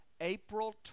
April